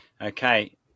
Okay